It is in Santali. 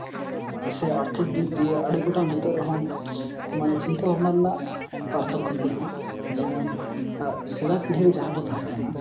ᱥᱮ ᱟᱨᱛᱷᱤᱠ ᱫᱤᱠ ᱫᱤᱭᱮ ᱟᱹᱰᱤ ᱜᱚᱴᱟᱝ ᱱᱤᱛᱳᱜ ᱨᱮᱦᱚᱸ ᱢᱟᱱᱮ ᱪᱤᱱᱛᱟᱹ ᱵᱷᱟᱵᱱᱟ ᱨᱮᱱᱟᱜ ᱯᱟᱨᱛᱷᱚᱠᱠᱚ ᱢᱮᱱᱟᱜᱼᱟ ᱡᱮᱢᱚᱱ ᱥᱮᱬᱟ ᱯᱤᱲᱦᱤ ᱨᱮ ᱡᱟᱦᱟᱸ ᱠᱚ ᱛᱟᱦᱮᱠᱟᱱᱟ